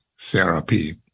therapy